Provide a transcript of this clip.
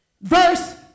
Verse